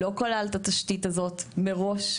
לא כלל את התשתית הזאת מראש,